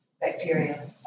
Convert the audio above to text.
bacteria